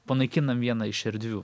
panaikinam vieną iš erdvių